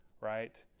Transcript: right